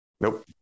Nope